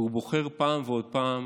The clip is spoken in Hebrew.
והוא בוחר פעם ועוד פעם